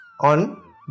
on